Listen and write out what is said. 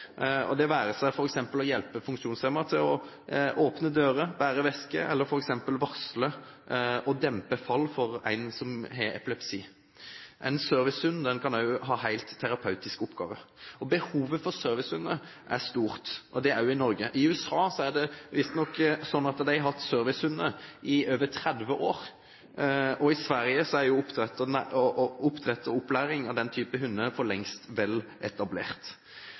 det være seg f.eks. å hjelpe funksjonshemmede med å åpne dører, bære veske eller f.eks. varsle og dempe fall for en som har epilepsi. En servicehund kan også ha helt terapeutiske oppgaver. Behovet for servicehunder er stort, også i Norge. I USA er det visstnok sånn at de har hatt servicehunder i over 30 år, og i Sverige er oppdrett og opplæring av den typen hunder for lengst vel etablert.